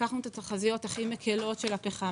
לקחנו את התחזיות הכי מקלות של הפחם.